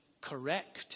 correct